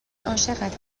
عاشقت